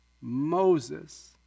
Moses